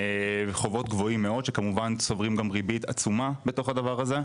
וחובות גבוהים מאוד שכמובן צוברים גם ריבית עצומה בתוך הדבר הזה,